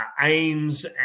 aims